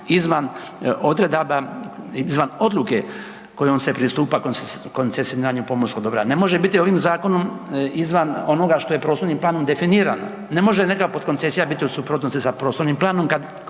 izvan odredaba, izvan odluke kojom se pristupa koncesioniranju pomorskog dobra, ne može biti ovim zakonom izvan onoga što je prostornim planom definirano. Ne može neka potkoncesija biti u suprotnosti sa prostornim planom